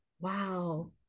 wow